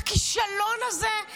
הכישלון הזה,